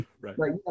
Right